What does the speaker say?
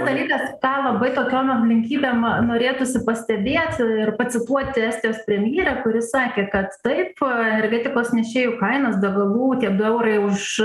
dalykas ką labai tokiom aplinkybėm norėtųsi pastebėt ir pacituoti estijos premjerę kuri sakė kad taip energetikos nešėjų kainos degalų tie du eurai už